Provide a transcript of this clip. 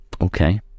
Okay